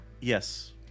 Yes